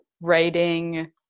writing